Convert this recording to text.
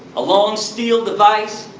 a long steel device,